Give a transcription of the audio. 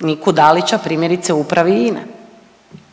Niku Dalića, primjerice, u Upravi INA-e.